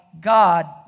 god